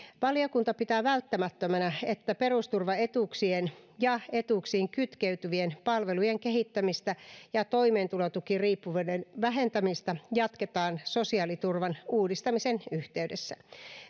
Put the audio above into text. valiokunta pitää välttämättömänä että perusturvaetuuksien ja etuuksiin kytkeytyvien palvelujen kehittämistä ja toimeentulotukiriippuvuuden vähentämistä jatketaan sosiaaliturvan uudistamisen yhteydessä